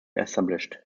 established